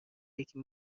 یکی